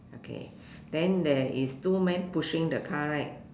okay then there is two men pushing the car right